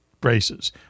braces